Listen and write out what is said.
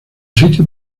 sitio